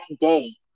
day